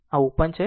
તો આ ઓપન છે